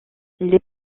les